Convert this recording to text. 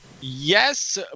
Yes